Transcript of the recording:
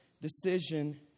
decision